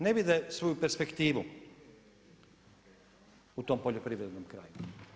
Ne vide svoju perspektivu u tom poljoprivrednom kraju.